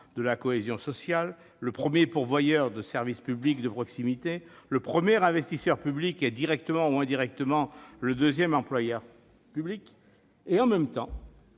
de la cohésion sociale, le premier pourvoyeur de services publics de proximité, le premier investisseur public et, directement ou indirectement, le deuxième employeur public ; et, en même temps,